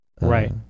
Right